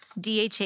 DHA